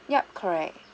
yup correct